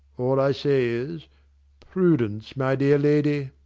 all i say is prudence, my dear lady!